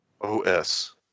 OS